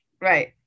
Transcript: right